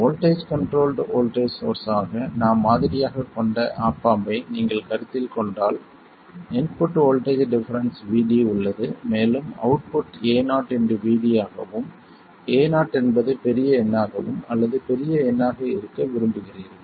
voltage controlled voltage source ஆக நாம் மாதிரியாகக் கொண்ட ஆப் ஆம்ப் ஐ நீங்கள் கருத்தில் கொண்டால் இன்புட் வோல்ட்டேஜ் டிஃபரென்ஸ் Vd உள்ளது மேலும் அவுட்புட் Ao Vd ஆகவும் Ao என்பது பெரிய எண்ணாகவும் அல்லது பெரிய எண்ணாக இருக்க விரும்புகிறீர்கள்